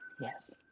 yes